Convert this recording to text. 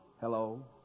Hello